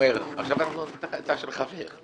עכשיו אני נותן לך עצה של חבר,